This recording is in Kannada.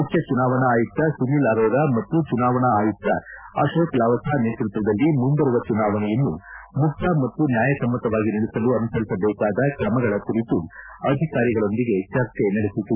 ಮುಖ್ಯ ಚುನಾವಣಾ ಆಯುಕ್ತ ಸುನೀಲ್ ಅರೋರಾ ಮತ್ತು ಚುನಾವಣಾ ಆಯುಕ್ತ ಅಶೋಕ್ ಲವಸ ನೇತೃತ್ವದಲ್ಲಿ ಮುಂಬರುವ ಚುನಾವಣೆಯನ್ನು ಮುಕ್ತ ಮತ್ತು ನ್ವಾಯಸಮ್ನತವಾಗಿ ನಡೆಸಲು ಅನುಸರಿಸಬೇಕಾದ ಕ್ರಮಗಳ ಕುರಿತು ಅಧಿಕಾರಿಗಳೊಂದಿಗೆ ಚರ್ಚೆ ನಡೆಸಿತು